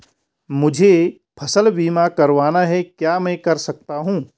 मुझे फसल बीमा करवाना है क्या मैं कर सकता हूँ?